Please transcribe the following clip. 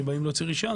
שבאים להוציא רשיון.